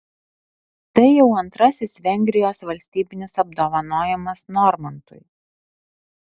tai jau antrasis vengrijos valstybinis apdovanojimas normantui